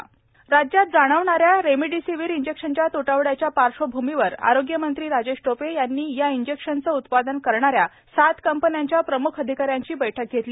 remdesivir राज्यात जाणवणाऱ्या remdesivir इंजेक्शनच्या त्टवड्याच्या पार्श्वभूमीवर आरोग्यमंत्री राजेश टोपे यांनी या इंजेक्शनचं उत्पादन करणाऱ्या सात कंपन्यांच्या प्रमुख अधिकाऱ्यांची बैठक घेतली